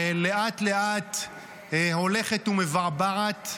שהולכת ומבעבעת לאט-לאט.